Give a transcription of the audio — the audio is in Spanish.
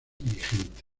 vigente